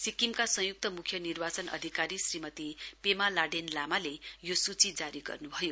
सिक्किमका संयुक्त मुख्य निर्वाचन अधिकारी श्रीमती पेमा ल्हाडेन लामाले यो सुची जारी गर्नु भयो